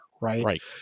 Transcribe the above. Right